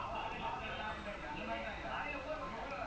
இங்க:inga chelsea man U man U இல்லயா:illayaa